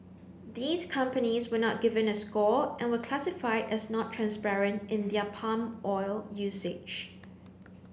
these companies were not given a score and were classified as not transparent in their palm oil usage